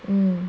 mmhmm